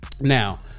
now